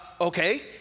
Okay